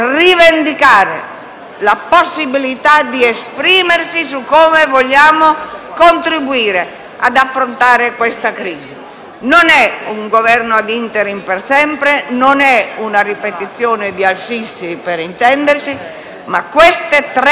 la possibilità di esprimersi su come vogliamo contribuire ad affrontare questa crisi. Non è un Governo *ad interim* per sempre (non è una ripetizione di Al Sisi, per intendersi), ma queste tre misure